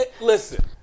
Listen